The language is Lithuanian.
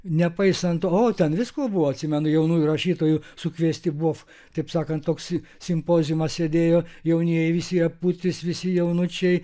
nepaisant to o ten visko buvo atsimenu jaunųjų rašytojų sukviesti buvo taip sakant toks simpoziumas sėdėjo jaunieji visi aputis visi jaunučiai